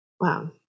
Wow